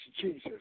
Jesus